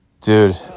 Dude